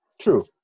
true